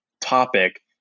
topic